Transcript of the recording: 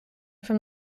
from